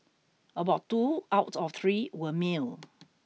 about two out of three were male